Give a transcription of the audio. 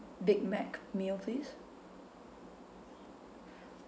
big mac meal please